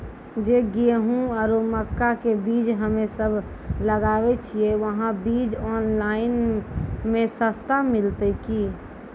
जे गेहूँ आरु मक्का के बीज हमे सब लगावे छिये वहा बीज ऑनलाइन मे सस्ता मिलते की?